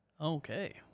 Okay